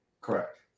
Correct